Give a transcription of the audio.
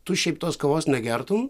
tu šiaip tos kavos negertum